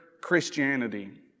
Christianity